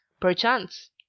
perchance